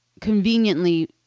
conveniently